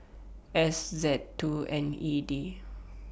S Z two N E D